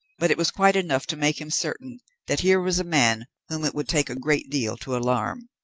but it was quite enough to make him certain that here was a man whom it would take a great deal to alarm.